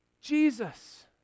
Jesus